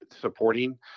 supporting